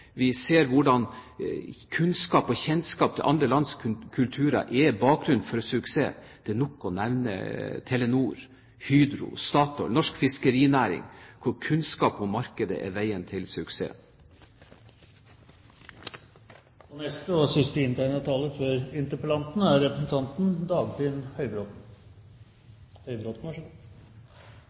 Vi ser hvordan kunnskap om og kjennskap til andre lands kulturer er bakgrunnen for suksess. Det er nok å nevne Telenor, Hydro, Statoil og norsk fiskerinæring, hvor kunnskap om markedet er veien til suksess. Det har vært interessant å følge debatten etter representanten Høglunds interpellasjon. Den handler for så